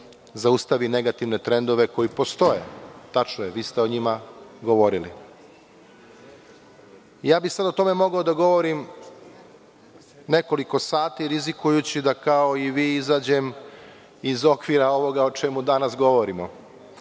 zaustavi negativne trendove koji postoje. Tačno je, vi ste o njima govorili. Sada bih o tome mogao da govorim nekoliko sati, rizikujući da, kao i vi, izađem iz okvira ovoga o čemu danas razgovaramo.